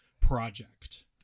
project